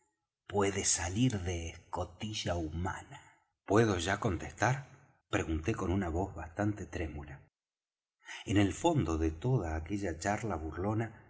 puede salir de escotilla humana puedo ya contestar pregunté con una voz bastante trémula en el fondo de toda aquella charla burlona